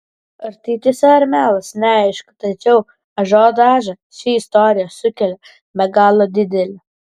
ar tai tiesa ar melas neaišku tačiau ažiotažą ši istorija sukėlė be galo didelį